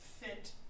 fit